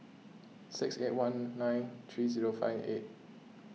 six eight one nine three zero five eight